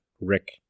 Rick